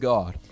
God